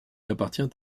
appartient